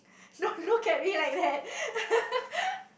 don't look at me like that